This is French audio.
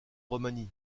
romani